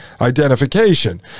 identification